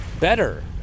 better